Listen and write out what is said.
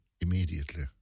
immediately